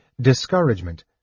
discouragement